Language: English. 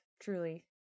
truly